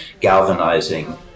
galvanizing